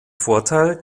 vorteil